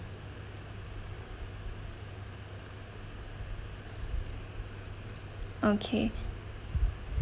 okay